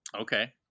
okay